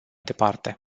departe